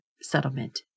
settlement